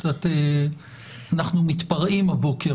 קצת אנחנו מתפרעים הבוקר,